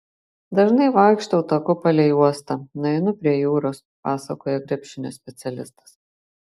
dažnai vaikštau taku palei uostą nueinu prie jūros pasakoja krepšinio specialistas